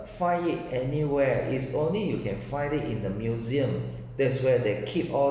find it anywhere is only you can find it in the museum that's where they keep all